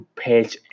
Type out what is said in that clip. page